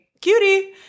cutie